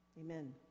Amen